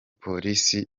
polisi